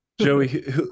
Joey